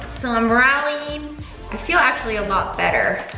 so i'm rallying. i feel actually a lot better.